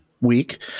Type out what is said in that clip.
week